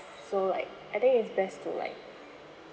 so like I think it is best to like